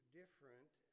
different